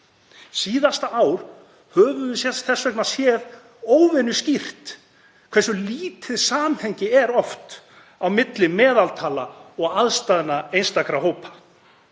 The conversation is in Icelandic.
Síðasta ár höfum við þess vegna séð óvenjuskýrt hversu lítið samhengi er oft á milli meðaltala og aðstæðna einstakra hópa